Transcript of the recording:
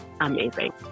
amazing